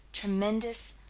tremendous,